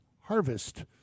harvest